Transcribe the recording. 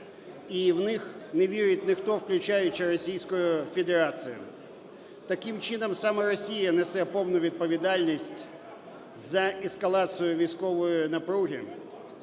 і в них не вірить ніхто, включаючи Російську Федерацію. Таким чином, саме Росія несе повну відповідальність за ескалацію військової напруги